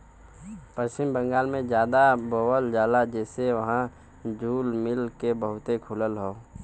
पश्चिम बंगाल में जादा बोवल जाला जेसे वहां जूल मिल बहुते खुलल हौ